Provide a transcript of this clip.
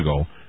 ago